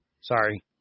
Sorry